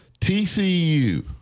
TCU